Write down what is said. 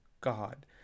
God